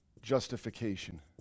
justification